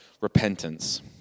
repentance